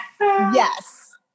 yes